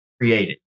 created